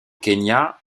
kenya